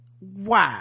wow